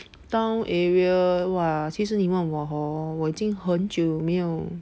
town area !wah! 其实你问我 hor 我已经很久没有